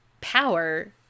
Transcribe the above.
power